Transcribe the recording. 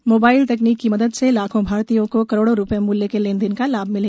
कि मोबाइल तकनीक की मदद से लाखों भारतीयों को करोड़ों रुपये मूल्य के लेनदेन का लाम मिला